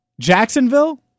Jacksonville